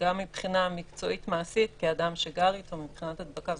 גם מבחינה מקצועית-מעשית כאדם שגר אתו מבחינת הדבקה,